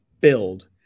build